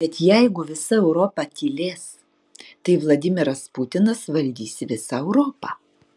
bet jeigu visa europa tylės tai vladimiras putinas valdys visą europą